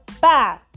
Bye